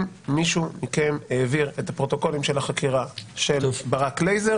מישהו מכם העביר את הפרוטוקולים של החקירה של ברק לייזר